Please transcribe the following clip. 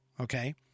okay